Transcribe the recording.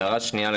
הערה שנייה,